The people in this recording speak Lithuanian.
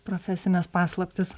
profesinės paslaptys